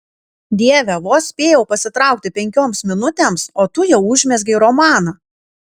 dieve vos spėjau pasitraukti penkioms minutėms o tu jau užmezgei romaną